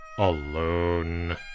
alone